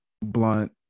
blunt